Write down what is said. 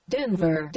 Denver